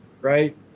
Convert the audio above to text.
right